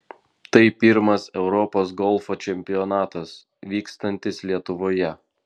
tai pirmas europos golfo čempionatas vykstantis lietuvoje